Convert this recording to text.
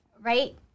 right